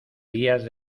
días